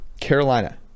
Carolina